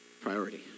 Priority